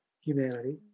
humanity